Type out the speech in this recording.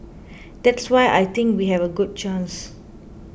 that's why I think we have a good chance